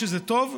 שזה טוב,